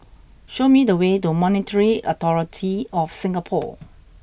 show me the way to Monetary Authority Of Singapore